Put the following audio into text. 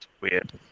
Weird